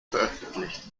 veröffentlicht